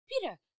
Peter